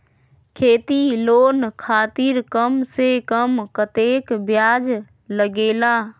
खेती लोन खातीर कम से कम कतेक ब्याज लगेला?